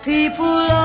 People